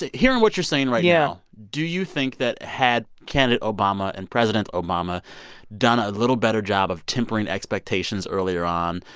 ah hearing what you're saying right now, yeah do you think that, had candidate obama and president obama done a little better job of tempering expectations earlier on,